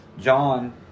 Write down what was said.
John